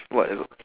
what is it